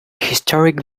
historic